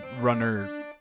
runner